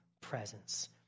presence